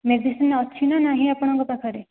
medicine ଅଛି ନା ନାହିଁ ଆପଣଙ୍କ ପାଖରେ